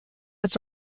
its